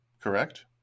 Correct